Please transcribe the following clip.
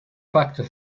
factor